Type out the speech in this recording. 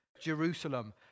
Jerusalem